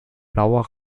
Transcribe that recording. blauer